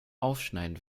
aufschneiden